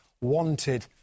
wanted